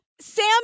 Sam